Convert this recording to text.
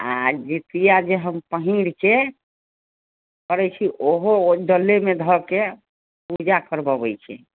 आ जीतिया जे हइ ओ पहीर कऽ ओ करैत छी ओहो डालेमे धऽ कऽ पूजा करवबैत छी